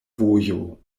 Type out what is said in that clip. vojo